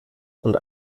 und